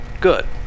Good